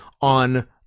on